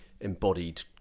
embodied